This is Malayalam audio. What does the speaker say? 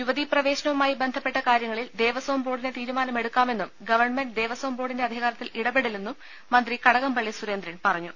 യുവതീ പ്രവേശനവുമായി ബന്ധപ്പെട്ട കാര്യങ്ങളിൽ ദേവസം ബോർഡിന് തീരു മാന മെടു ക്കാ മെന്നും ഗവൺമെന്റ് ദേവസ്ഥം ബോർഡിന്റെ അധികാരത്തിൽ ഇട പെടില്ലെന്നും മന്ത്രി കടകംപള്ളി സുരേന്ദ്രൻ പറഞ്ഞു